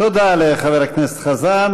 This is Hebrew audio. תודה לחבר הכנסת חזן.